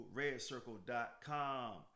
redcircle.com